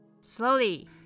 Slowly